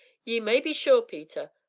ye may be sure, peter.